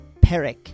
Perek